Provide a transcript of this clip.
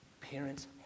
Parents